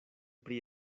pri